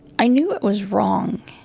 i knew it was wrong.